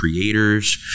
creators